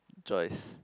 Joyce